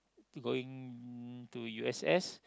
going to u_s_s